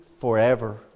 forever